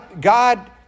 God